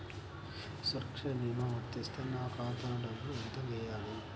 సురక్ష భీమా వర్తిస్తే నా ఖాతాలో డబ్బులు ఎంత వేయాలి?